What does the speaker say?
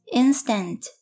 instant